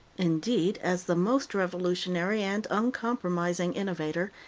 indeed, as the most revolutionary and uncompromising innovator,